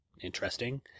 interesting